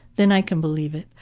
then i can believe it.